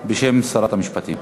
בשם שרת המשפטים.